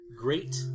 Great